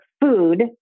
food